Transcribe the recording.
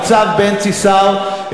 ניצב בנצי סאו,